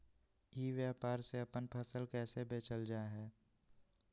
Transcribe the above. ई व्यापार से अपन फसल कैसे बेचल जा हाय?